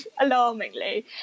alarmingly